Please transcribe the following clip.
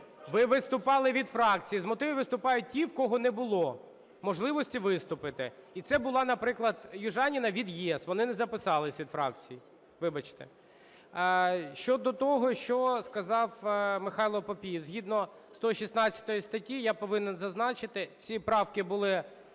Ви виступали від фракції. З мотивів виступають ті, в кого не було можливості виступити. І це була, наприклад, Южаніна від ЄС, вони не записались від фракції, вибачте. Щодо того, що сказав Михайло Папієв. Згідно 116 статті я повинен зазначити, ці правки були